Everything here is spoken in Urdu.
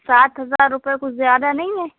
سات ہزار روپے کچھ زیادہ نہیں ہے